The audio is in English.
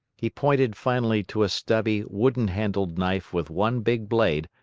he pointed finally to a stubby, wooden-handled knife with one big blade,